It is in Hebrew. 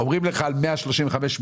אומרים לך על 135 מיליון